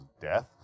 death